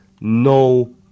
no